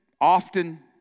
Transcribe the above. often